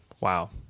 Wow